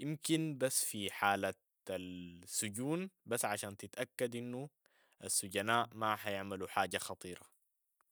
يمكن بس في حالة السجون بس عشان تتأكد انو السجناء ما حيعملوا حاجة خطيرة.